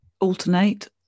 alternate